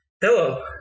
Hello